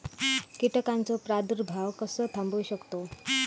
कीटकांचो प्रादुर्भाव कसो थांबवू शकतव?